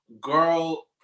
girl